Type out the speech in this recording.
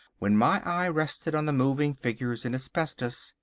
when my eye rested on the moving figures in asbestos,